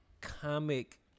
comic